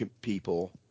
people